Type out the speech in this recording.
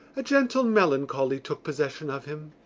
a gentle melancholy took possession of him.